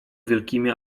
wielkimi